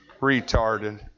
retarded